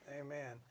Amen